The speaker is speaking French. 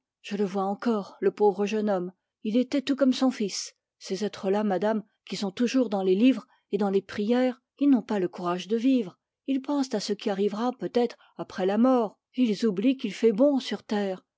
je le vois encore le pauvre jeune homme il était tout comme son fils ces êtres là qui sont toujours dans les livres et dans les prières ils n'ont pas le courage de vivre ils pensent à ce qui arrivera peut-être après la mort et ils oublient qu'il fait bon sur terre